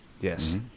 Yes